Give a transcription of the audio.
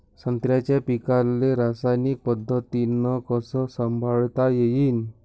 संत्र्याच्या पीकाले रासायनिक पद्धतीनं कस संभाळता येईन?